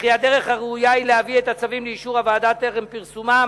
וכי הדרך הראויה היא להביא את הצווים לאישור הוועדה טרם פרסומם,